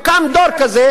קם דור כזה,